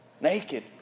Naked